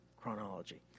chronology